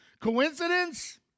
Coincidence